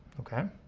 okay?